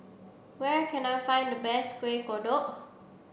where can I find the best Kuih Kodok